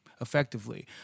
effectively